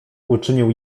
uczynił